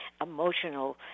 emotional